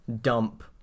dump